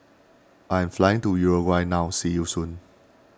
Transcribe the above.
I am flying to Uruguay now see you soon